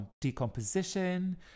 decomposition